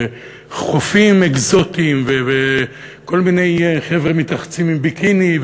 חופים אקזוטיים וכל מיני חבר'ה מתרחצים עם ביקיני.